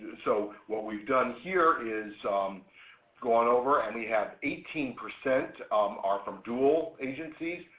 so what we've done here is gone over and we have eighteen percent are from duel agencies.